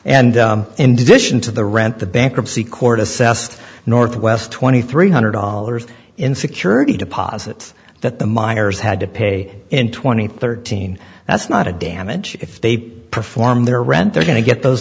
and indecision to the rent the bankruptcy court assessed north west twenty three hundred dollars in security deposit that the miners had to pay in two thousand and thirteen that's not a damage if they perform their rent they're going to get those